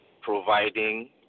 providing